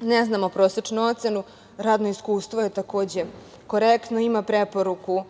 Ne znamo prosečnu ocenu. Radno iskustvo je takođe korektno. Ima preporuku